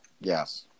Yes